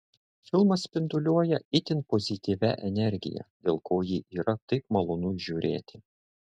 filmas spinduliuoja itin pozityvia energija dėl ko jį yra taip malonu žiūrėti